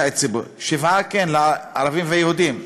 7. 7% כן, לערבים וליהודים.